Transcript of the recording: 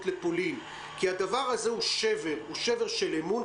לפולין כי הדבר הזה הוא שבר של אמון,